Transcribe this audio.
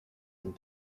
and